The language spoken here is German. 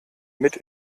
mit